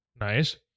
nice